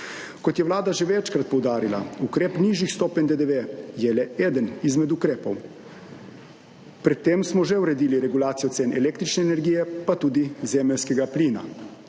Kot je Vlada že večkrat poudarila, je ukrep nižjih stopenj DDV le eden izmed ukrepov. Pred tem smo že uredili regulacijo cen električne energije, pa tudi zemeljskega plina.